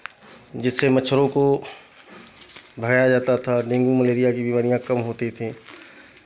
जिससे मच्छरों को भगाया जाता था डेंगू मलेरिया की बीमारियाँ कम होती थी